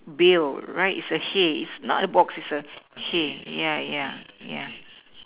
bill right it's a hay it's not a box it's a hay yeah yeah yeah